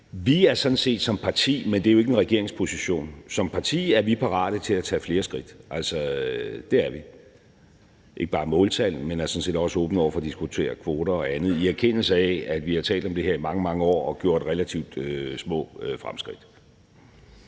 Vi er sådan set som parti, men det er jo ikke en regeringsposition, parate til at tage flere skridt – altså, det er vi – ikke bare ved måltal, men vi er sådan set også åbne over for at diskutere kvoter og andet i erkendelse af, at vi har talt om det her i mange, mange år og gjort relativt små fremskridt.